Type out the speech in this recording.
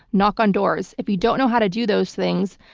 knock on doors. if you don't know how to do those things,